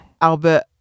Albert